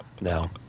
no